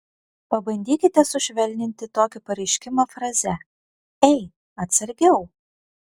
pabandykite sušvelninti tokį pareiškimą fraze ei atsargiau